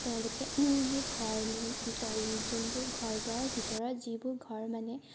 তেওঁলোকে সেই ঘৰ তল যোনবোৰ ঘৰ দুৱাৰ ভিতৰত যিবোৰ ঘৰ মানে